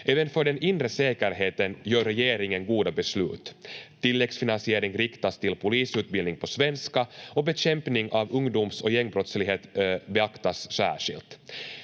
Även för den inre säkerheten gör regeringen goda beslut: Tilläggsfinansiering riktas till polisutbildning på svenska och bekämpning av ungdoms- och gängbrottslighet beaktas särskilt.